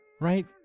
Right